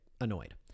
annoyed